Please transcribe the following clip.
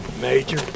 Major